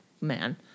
man